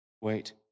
wait